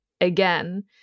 again